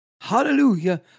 hallelujah